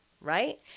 right